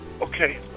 Okay